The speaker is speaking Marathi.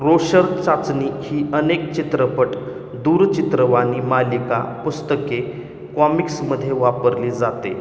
रोर्शक चाचणी ही अनेक चित्रपट दूरचित्रवाणी मालिका पुस्तके कॉमिक्समध्ये वापरली जाते